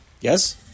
Yes